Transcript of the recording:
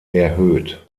erhöht